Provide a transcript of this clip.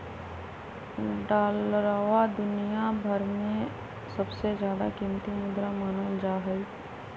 डालरवा दुनिया भर में सबसे ज्यादा कीमती मुद्रा मानल जाहई